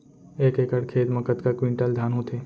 एक एकड़ खेत मा कतका क्विंटल धान होथे?